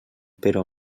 però